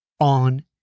On